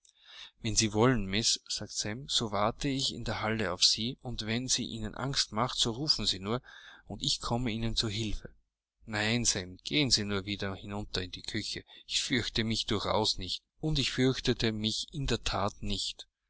wenn sie wollen miß sagte sam so warte ich in der halle auf sie und wenn sie ihnen angst macht so rufen sie nur und ich komme ihnen zu hilfe nein sam gehen sie nur wieder hinunter in die küche ich fürchte mich durchaus nicht und ich fürchtete mich in der that nicht